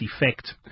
effect